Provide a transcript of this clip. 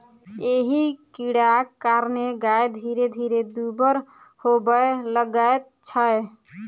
एहि कीड़ाक कारणेँ गाय धीरे धीरे दुब्बर होबय लगैत छै